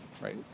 right